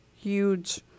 huge